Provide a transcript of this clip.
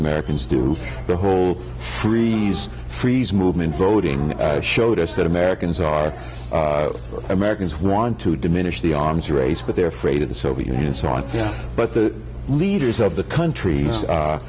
americans do the whole free freeze movement voting showed us that americans are americans want to diminish the arms race but they're afraid of the soviet union and so on but the leaders of the countr